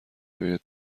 شاید